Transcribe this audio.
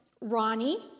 Ronnie